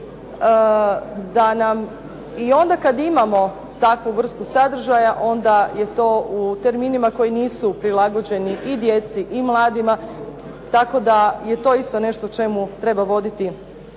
i onda kad imamo takvu vrstu sadržaja onda je to u terminima koji nisu prilagođeni i djeci i mladima. Tako da je to isto nešto o čemu treba voditi